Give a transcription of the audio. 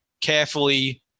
carefully